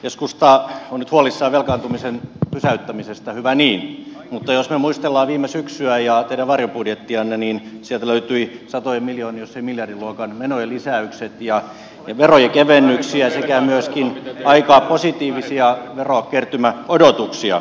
keskusta on nyt huolissaan velkaantumisen pysäyttämisestä hyvä niin mutta jos me muistelemme viime syksyä ja teidän varjobudjettianne niin sieltä löytyi satojen miljoonien jos ei miljardin luokan menojen lisäykset ja verojen kevennyksiä sekä myöskin aika positiivisia verokertymäodotuksia